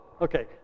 Okay